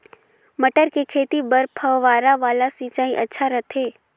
मटर के खेती बर फव्वारा वाला सिंचाई अच्छा रथे?